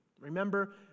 Remember